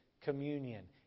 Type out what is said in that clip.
communion